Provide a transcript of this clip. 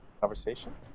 conversation